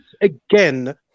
again